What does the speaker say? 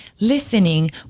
listening